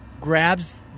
grabs